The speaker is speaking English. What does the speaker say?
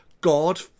God